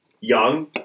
young